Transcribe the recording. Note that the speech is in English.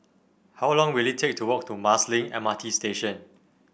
how long will it take to walk to Marsiling M R T Station